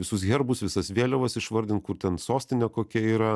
visus herbus visas vėliavas išvardint kur ten sostinė kokia yra